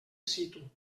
situ